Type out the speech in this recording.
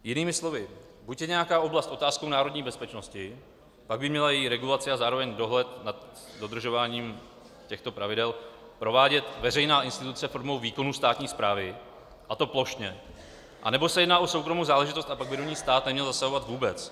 Jinými slovy, buď je nějaká oblast otázkou národní bezpečnosti, pak by měla její regulaci a zároveň dohled nad dodržováním těchto pravidel provádět veřejná instituce formou výkonu státní správy, a to plošně, anebo se jedná o soukromou záležitost, a pak by do ní stát neměl zasahovat vůbec.